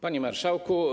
Panie Marszałku!